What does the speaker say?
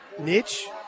niche